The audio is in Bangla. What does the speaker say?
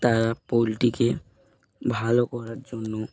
তারা পোলট্রিকে ভালো করার জন্য